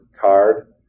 card